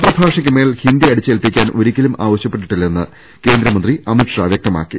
മാതൃഭാഷക്ക് മേൽ ഹിന്ദി അടിച്ചേൽപ്പിക്കാൻ ഒരിക്കലും ആവ ശ്യപ്പെട്ടിട്ടില്ലെന്ന് കേന്ദ്രമന്ത്രി അമിത്ഷാ വൃക്തമാക്കി